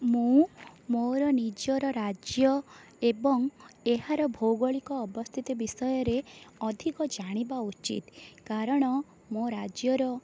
ମୁଁ ମୋର ନିଜର ରାଜ୍ୟ ଏବଂ ଏହାର ଭୌଗଳିକ ଅବସ୍ଥିତି ବିଷୟରେ ଅଧିକ ଜାଣିବା ଉଚିତ କାରଣ ମୋ ରାଜ୍ୟର